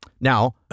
Now